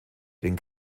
den